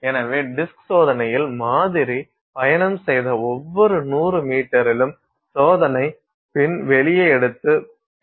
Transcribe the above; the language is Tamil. எனவே டிஸ்க் சோதனையில் மாதிரி பயணம் செய்த ஒவ்வொரு 100 மீட்டரிலும் சோதனை பின் வெளியே எடுத்து பின் எடை குறித்துக்கொள்ள வேண்டும்